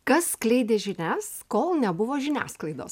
kas skleidė žinias kol nebuvo žiniasklaidos